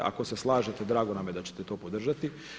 Ako se slažete drago nam je da ćete to podržati.